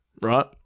right